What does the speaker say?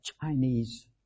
Chinese